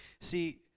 See